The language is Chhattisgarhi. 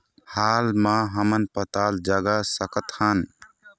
हाल मा हमन पताल जगा सकतहन?